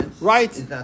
right